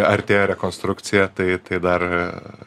artėja rekonstrukcija tai tai dar